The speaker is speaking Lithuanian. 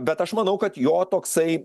bet aš manau kad jo toksai